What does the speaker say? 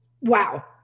wow